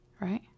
right